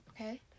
Okay